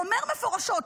אומר מפורשות,